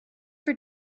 for